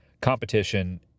competition